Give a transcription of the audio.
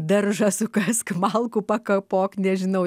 daržą sukąsk malkų pakapok nežinau